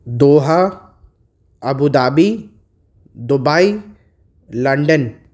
Doha Abu Dhabi Dubai London